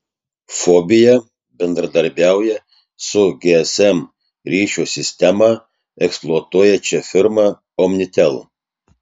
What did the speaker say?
fobija bendradarbiauja su gsm ryšio sistemą eksploatuojančia firma omnitel